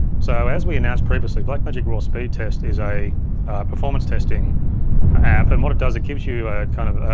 so as we announced previously blackmagic raw speed test is a performance testing app, and what it does, it gives you a kind of,